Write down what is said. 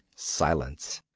silence.